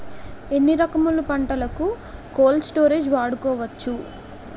ఎన్ని రకములు పంటలకు కోల్డ్ స్టోరేజ్ వాడుకోవచ్చు?